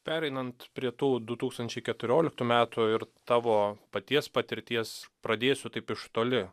pereinant prie tų du tūkstančiai keturioliktų metų ir tavo paties patirties pradėsiu taip iš toli